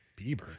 Bieber